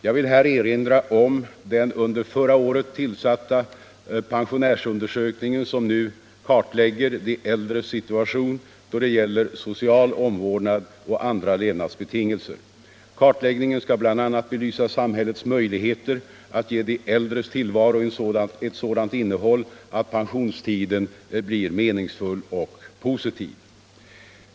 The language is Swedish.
Jag vill här erinra om den under förra året tillsatta pensionärsundersökningen som nu kartlägger de äldres situation då det gäller social omvårdnad och andra levnadsbetingelser. Kartläggningen skall bl.a. belysa samhällets möjligheter att ge de äldres tillvaro ett sådant innehåll att pensionstiden blir meningsfull och positiv.